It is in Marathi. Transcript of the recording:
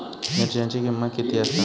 मिरच्यांची किंमत किती आसा?